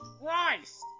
Christ